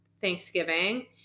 Thanksgiving